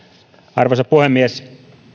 arvoisa puhemies